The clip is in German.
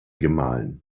gemahlen